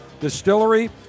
distillery